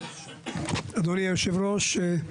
אדוני היושב-ראש,